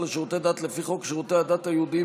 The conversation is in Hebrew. לשירותי דת לפי חוק שירותי הדת היהודיים ,